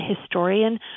historian